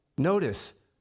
Notice